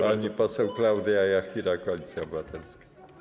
Pani poseł Klaudia Jachira, Koalicja Obywatelska.